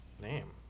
name